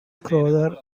crowther